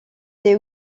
des